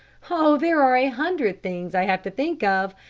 oh, there are a hundred things i have to think of,